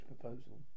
proposal